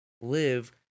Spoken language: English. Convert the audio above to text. live